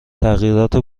تغییرات